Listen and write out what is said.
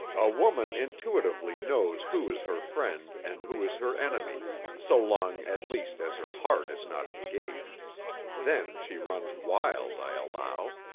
a woman intuitively knows who is her friend and who is her enemy so long, at least, as her heart is not engaged then she runs wild, i allow.